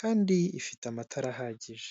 kandi ifite amatara ahagije.